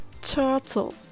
turtle